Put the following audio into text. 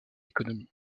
économie